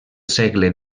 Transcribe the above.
segle